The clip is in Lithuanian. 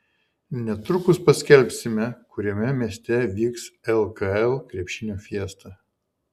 netrukus paskelbsime kuriame mieste vyks lkl krepšinio fiesta